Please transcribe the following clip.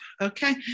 okay